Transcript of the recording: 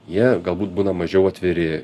jie galbūt būna mažiau atviri